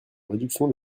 réduction